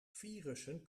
virussen